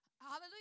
Hallelujah